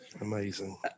Amazing